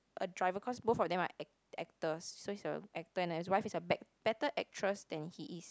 a driver cause both of them are ac~ actors so he's a actor and his wife is a bet~ better actress than he is